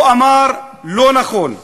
הוא אמר: לא נכון.